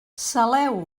saleu